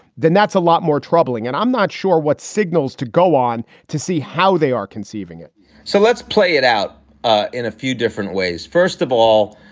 then that's a lot more troubling. and i'm not sure what signals to go on to see how they are conceiving it so let's play it out ah in a few different ways. first of all,